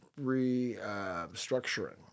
restructuring